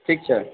ठीक छै